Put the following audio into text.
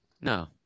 No